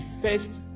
first